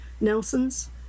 Nelson's